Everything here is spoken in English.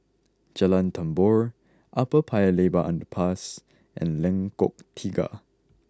Jalan Tambur Upper Paya Lebar Underpass and Lengkok Tiga